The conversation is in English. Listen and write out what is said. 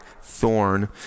thorn